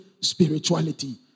spirituality